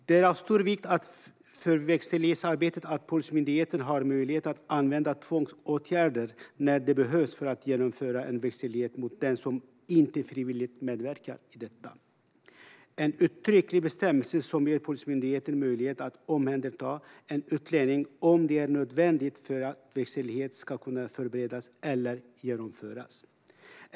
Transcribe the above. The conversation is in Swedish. Det är av stor vikt för verkställighetsarbetet att Polismyndigheten har möjlighet att använda tvångsåtgärder när det behövs för att genomföra en verkställighet mot den som inte frivilligt medverkar i detta. Det är en uttrycklig bestämmelse som ger Polismyndigheten möjlighet att omhänderta en utlänning om det är nödvändigt för att verkställighet ska kunna förberedas eller genomföras.